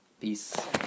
Peace